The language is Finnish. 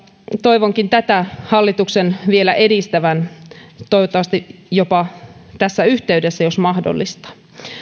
toivonkin tätä hallituksen vielä edistävän toivottavasti jopa tässä yhteydessä jos mahdollista